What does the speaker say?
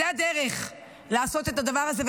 זו הדרך לעשות את הדבר הזה,